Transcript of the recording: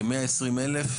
כ-120 אלף,